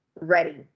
ready